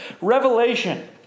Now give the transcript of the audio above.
Revelation